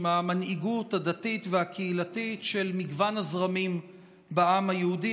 המנהיגות הדתית והקהילתית של מגוון הזרמים בעם היהודי.